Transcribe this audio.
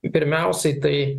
pirmiausiai tai